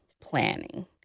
planning